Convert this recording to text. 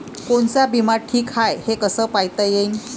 कोनचा बिमा ठीक हाय, हे कस पायता येईन?